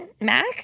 MAC